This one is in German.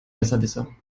besserwisser